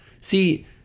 See